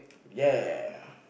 ya